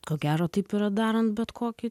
ko gero taip yra darant bet kokį